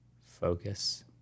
focus